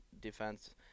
defense